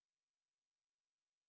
as in